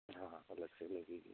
हाँ हाँ अलग से लगेगी